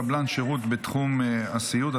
קבלן שירות בתחום הסיעוד),